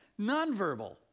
nonverbal